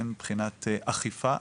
הן מבחינת אכיפה.